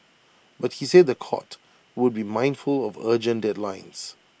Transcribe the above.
but he said The Court would be mindful of urgent deadlines